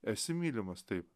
esi mylimas tai